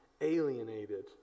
alienated